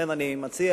לכן אני מציע,